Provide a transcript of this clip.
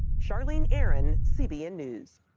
charlene aaron, cbn news.